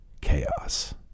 chaos